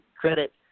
credit